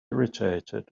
irritated